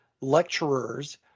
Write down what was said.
lecturers